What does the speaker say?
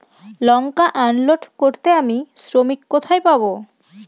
লঙ্কা unload করতে আমি শ্রমিক কোথায় পাবো?